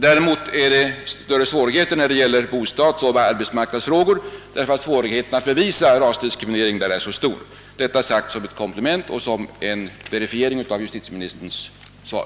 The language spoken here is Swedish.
Däremot är svårigheterna större när det gäller bostadsoch arbetsmarknadsfrågor, ty där är möjligheterna mindre att skaffa bevis att rasdiskriminering föreligger. Jag har velat säga detta som ett komplement till och en verifiering av justitieministerns svar.